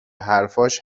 حرفاش